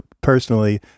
personally